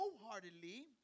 wholeheartedly